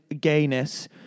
gayness